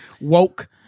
woke